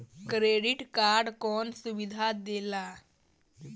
Credit card कौन सुबिधा देला?